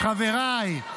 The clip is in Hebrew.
חבריי,